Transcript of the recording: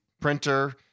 printer